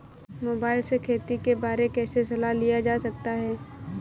Mobile से खेती के बारे कैसे सलाह लिया जा सकता है?